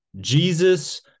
Jesus –